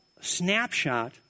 snapshot